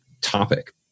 topic